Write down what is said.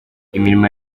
imirimo